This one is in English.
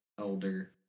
older